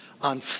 on